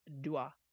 Dua